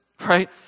right